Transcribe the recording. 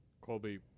Colby